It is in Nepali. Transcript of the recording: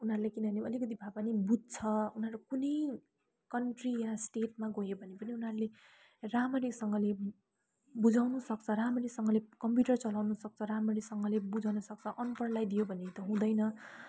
उनीहरूले किनभने अलिकति भए पनि बुझ्छ उनीहरू कुनै कन्ट्री या स्टेटमा गयो भने पनि उनीहरूले राम्ररीसँगले बुझाउनु सक्छ राम्ररीसँगले कम्प्युटर चलाउनु सक्छ राम्ररीसँगले बुझाउनुसक्छ अनपढलाई दियो भने त हुँदैन